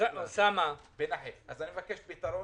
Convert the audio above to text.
אני מבקש פתרון.